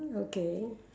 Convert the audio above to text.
mm okay